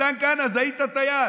מתן כהנא, אז היית טייס,